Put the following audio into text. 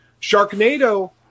Sharknado